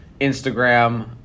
Instagram